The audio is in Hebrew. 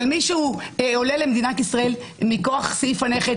מי שעולה למדינת ישראל מכוח סעיף הנכד,